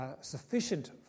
sufficient